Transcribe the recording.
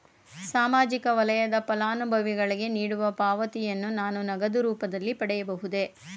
ಸಾಮಾಜಿಕ ವಲಯದ ಫಲಾನುಭವಿಗಳಿಗೆ ನೀಡುವ ಪಾವತಿಯನ್ನು ನಾನು ನಗದು ರೂಪದಲ್ಲಿ ಪಡೆಯಬಹುದೇ?